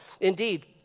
indeed